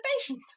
patient